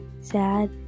sad